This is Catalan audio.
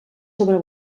sobre